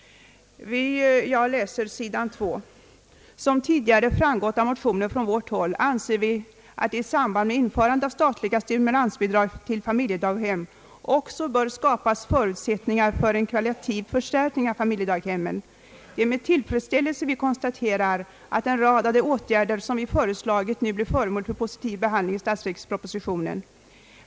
Jag läser på sidan 2: »Som redan tidigare framgått av motioner från vårt håll anser vi att det i samband med införande av statliga stimulansbidrag till familjedaghem också bör skapas förutsättningar för en kvalitativ förstärkning av familjedaghemmen. Det är med tillfredsställelse vi konstaterar att en rad av de åtgärder som vi föreslagit nu är förmål för positiv behandling i statsverkspropositionen.